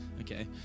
okay